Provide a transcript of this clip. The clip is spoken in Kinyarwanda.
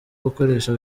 gukoresha